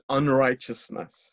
unrighteousness